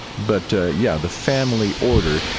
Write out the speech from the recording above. but yeah, the family order,